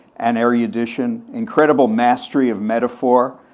and erudition, incredible mastery of metaphor,